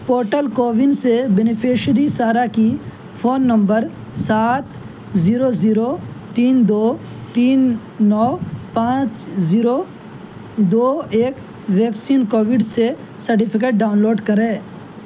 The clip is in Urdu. پورٹل کوون سے بینیفشیری سارہ کی فون نمبر سات زیرو زیرو تین دو تین نو پانچ زیرو دو ایک ویکسین كوویڈ سے سرٹیفکیٹ ڈاؤن لوڈ کریں